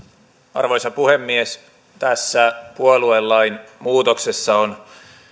arvoisa puhemies tässä puoluelain muutoksessa on